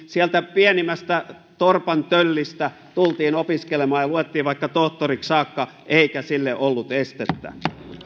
sieltä pienimmästä torpan töllistä tultiin opiskelemaan ja luettiin vaikka tohtoriksi saakka eikä sille ollut estettä